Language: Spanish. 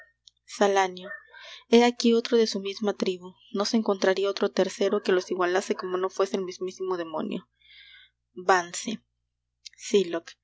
salanio hé aquí otro de su misma tribu no se encontraria otro tercero que los igualase como no fuese el mismísimo demonio